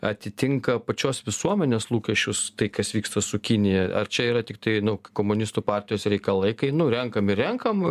atitinka pačios visuomenės lūkesčius tai kas vyksta su kinija ar čia yra tiktai nu komunistų partijos reikalai kai nu renkam ir renkam